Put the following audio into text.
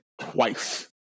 twice